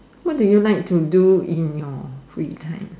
what do you like to do in your free time